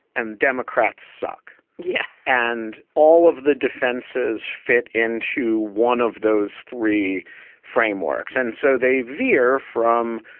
and democrats suck. yeah. and all of the defenses fit in to one of those three frameworks. and so they veer from,